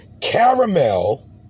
caramel